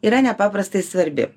yra nepaprastai svarbi